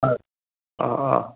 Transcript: হয় অঁ অঁ